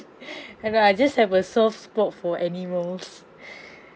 I know I just have a soft spot for animals